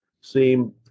seem